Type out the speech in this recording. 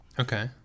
okay